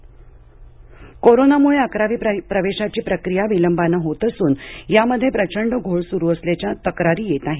राज्य अकरावी प्रवेश कोरोनामुळे अकरावी प्रवेशाची प्रक्रिया विलंबानं होत असून यामध्ये प्रचंड घोळ सुरू असल्याच्या तक्रारी येत आहेत